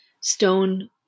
stone